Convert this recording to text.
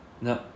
no